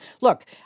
look